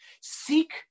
Seek